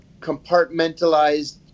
compartmentalized